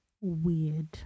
weird